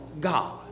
God